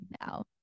now